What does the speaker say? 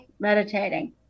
Meditating